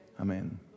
Amen